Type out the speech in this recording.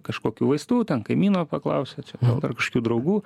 kažkokių vaistų ten kaimyno paklausė čia gal dar kažkokių draugų